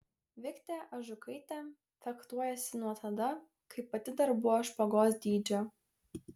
viktė ažukaitė fechtuojasi nuo tada kai pati dar buvo špagos dydžio